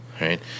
Right